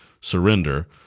surrender